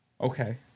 Okay